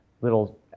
little